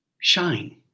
shine